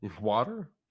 water